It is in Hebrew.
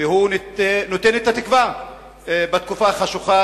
והוא נותן את התקווה בתקופה החשוכה,